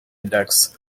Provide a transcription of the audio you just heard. ducks